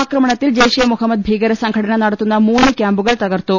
ആക്രമണത്തിൽ ജയ്ഷെ മുഹമ്മദ് ഭീകരസംഘടന നടത്തുന്ന മൂന്ന് ക്യാമ്പുകൾ തകർത്തു